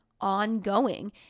ongoing